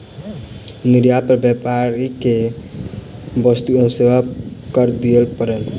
निर्यात पर व्यापारी के वस्तु एवं सेवा कर दिअ पड़लैन